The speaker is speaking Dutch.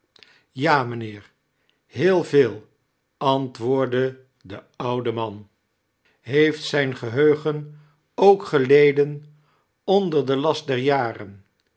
ja mijnheer heel veel anitwoordde de oude man heeft zijn geheugen ook geleden onder den last der jaren